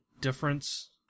difference